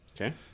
Okay